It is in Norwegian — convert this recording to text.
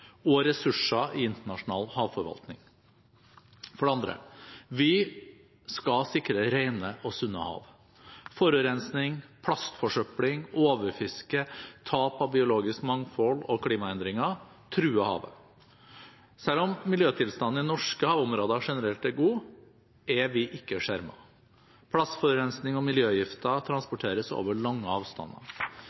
og ressurser i internasjonal havforvaltning. For det andre: Vi skal sikre rene og sunne hav. Forurensning, plastforsøpling, overfiske, tap av biologisk mangfold og klimaendringer truer havet. Selv om miljøtilstanden i norske havområder generelt er god, er vi ikke skjermet. Plastforurensning og miljøgifter transporteres over lange avstander.